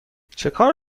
چکار